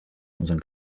unsinn